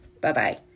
Bye-bye